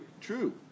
true